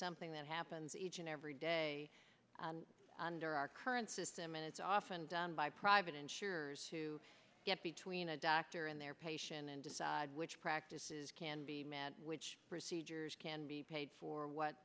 something that happens each and every day under our current system and is often done by private insurers to get between a doctor and their patient and decide which practices can be met which procedures can be paid for what